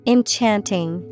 Enchanting